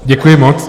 Děkuji moc.